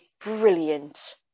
brilliant